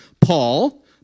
Paul